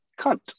cunt